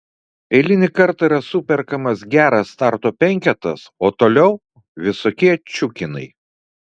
eilinį kartą yra superkamas geras starto penketas o toliau visokie čiukinai